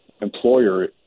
employer